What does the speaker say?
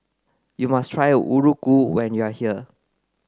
you must try Muruku when you are here